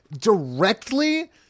directly